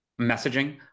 messaging